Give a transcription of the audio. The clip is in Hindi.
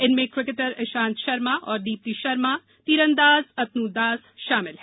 इनमें किकेटर इंषांत शर्मा और दीप्ति शर्मा तीरंदाज अनंत दास शामिल है